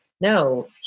no